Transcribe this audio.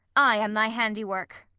i am thy handiwork.